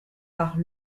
par